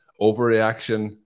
Overreaction